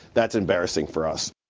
that's embarrassing for us,